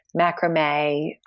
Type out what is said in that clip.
macrame